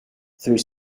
through